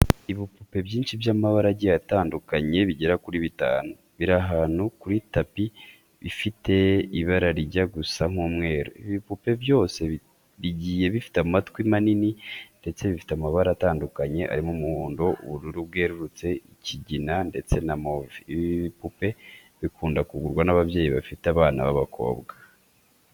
Ibipupe byinshi by'amabara agiye atandukanye bigera kuri bitanu, biri ahantu kuri tapi ifite ibara rijya gusa nk'umweru. Ibi bipupe byose bigiye bifite amatwi manini ndetse bifite amabara atandukanye arimo umuhondo, ubururu bwerurutse, ikigina ndetse na move. Ibi bipupe bikunda kugurwa n'ababyeyi bafite abana b'abakobwa.